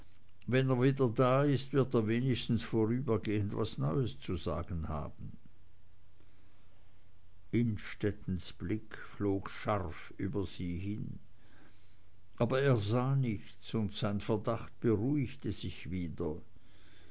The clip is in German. wenn er wieder da ist wird er wenigstens vorübergehend was neues zu sagen haben innstettens blick flog scharf über sie hin aber er sah nichts und sein verdacht beruhigte sich wieder